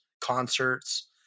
concerts